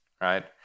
right